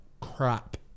crap